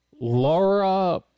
Laura